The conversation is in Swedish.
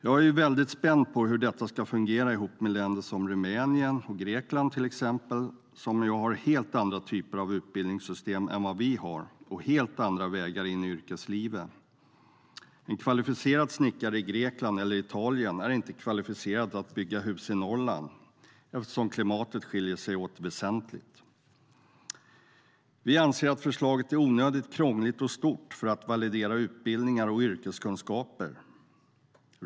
Jag är väldigt spänd på hur detta ska fungera ihop med länder som till exempel Rumänien och Grekland. De har ju helt andra typer av utbildningssystem än vad vi har och helt andra vägar in i yrkeslivet. En kvalificerad snickare i Grekland eller Italien är inte kvalificerad att bygga hus i Norrland, eftersom klimatet skiljer sig åt väsentligt. Vi anser att förslaget är onödigt krångligt och stort för att validera utbildningar och yrkeskunskaper.